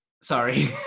sorry